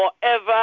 forever